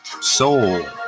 soul